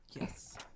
Yes